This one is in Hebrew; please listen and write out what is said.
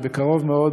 ובקרוב מאוד,